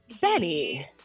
Benny